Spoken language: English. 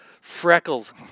freckles